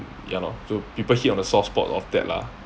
ya lor so people hit on the soft spot of that lah